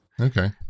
Okay